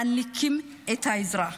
מעניקים עזרה.